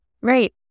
Right